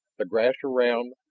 the grass around,